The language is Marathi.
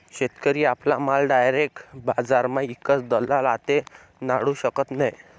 शेतकरी आपला माल डायरेक बजारमा ईकस दलाल आते नाडू शकत नै